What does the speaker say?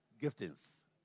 giftings